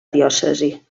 diòcesi